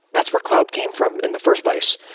that's where cloud came from in the first place.